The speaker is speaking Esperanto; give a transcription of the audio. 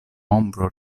ombro